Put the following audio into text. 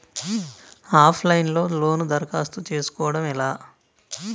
Of line లో loan దరఖాస్తు చేసుకోవడం ఎలా?